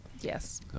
yes